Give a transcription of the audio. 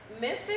Memphis